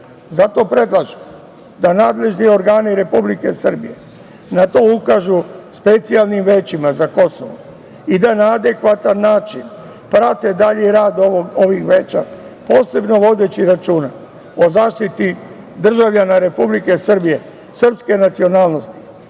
Zato predlažem da nadležni organi Republike Srbije na to ukažu specijalnim većima za Kosovo i da na adekvatan način prate dalji rad ovih veća, posebno vodeći računa o zaštiti državljana Republike Srbije srpske nacionalnosti